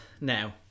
Now